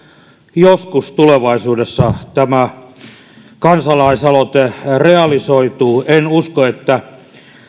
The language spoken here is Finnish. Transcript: joskus tulevaisuudessa tämä kansalaisaloite realisoituu en usko että